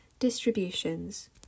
Distributions